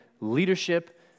leadership